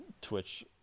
Twitch